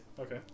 Okay